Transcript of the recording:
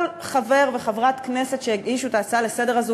כל חבר וחברת כנסת שהגישו את ההצעה הזאת לסדר-היום